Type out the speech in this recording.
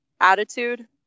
attitude